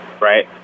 right